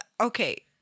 Okay